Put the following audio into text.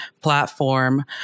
platform